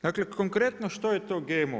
Dakle, konkretno što je to GMO?